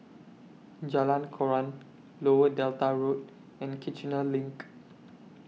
Jalan Koran Lower Delta Road and Kiichener LINK